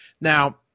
Now